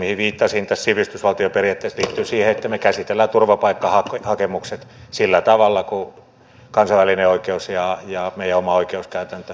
se mihin viittasin tässä sivistysvaltioperiaatteessa liittyy siihen että me käsittelemme turvapaikkahakemukset sillä tavalla kuin kansainvälinen oikeus ja meidän oma oikeuskäytäntömme edellyttävät